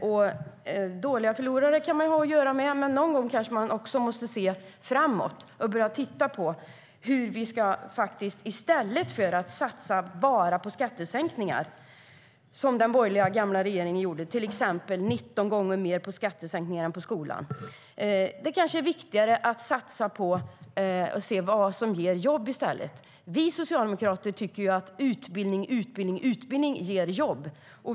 Man kan ha att göra med dåliga förlorare, men någon gång måste man kanske se framåt i stället för att satsa bara på skattesänkningar, som den gamla borgerliga regeringen gjorde. Man satsade till exempel 19 gånger mer på skattesänkningar än vad man satsade på skolan. Det är kanske viktigare att satsa på det som ger jobb. Vi socialdemokrater anser att utbildning ger jobb.